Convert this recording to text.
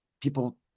people